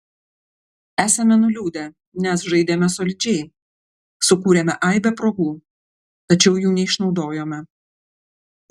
esame nuliūdę nes žaidėme solidžiai sukūrėme aibę progų tačiau jų neišnaudojome